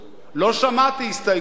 לא שמעתי הסתייגויות.